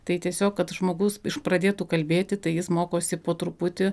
tai tiesiog kad žmogus iš pradėtų kalbėti tai jis mokosi po truputį